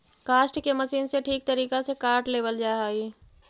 काष्ठ के मशीन से ठीक तरीका से काट लेवल जा हई